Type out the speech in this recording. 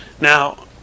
Now